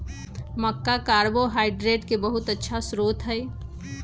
मक्का carbohydrate के बहुत अच्छा स्रोत हई